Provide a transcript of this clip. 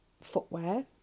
footwear